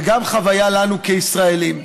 וגם חוויה לנו כישראלים.